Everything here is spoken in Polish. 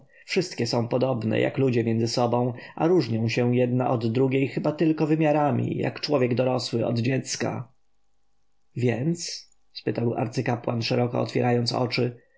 wszystkie są podobne jak ludzie między sobą a różnią się jedna od drugiej chyba tylko wymiarami jak człowiek dorosły od dziecka więc zapytał zdziwiony arcykapłan mówiłem z